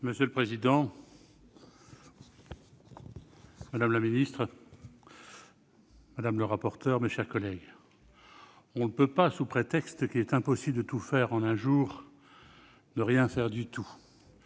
Monsieur le président, madame la ministre, mes chers collègues, « on ne peut pas, sous prétexte qu'il est impossible de tout faire en un jour, ne rien faire du tout